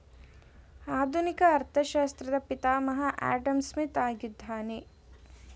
ಆಧುನಿಕ ಅರ್ಥಶಾಸ್ತ್ರ ಪಿತಾಮಹ ಆಡಂಸ್ಮಿತ್ ಆಗಿದ್ದಾನೆ